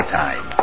time